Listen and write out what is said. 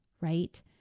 right